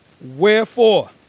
wherefore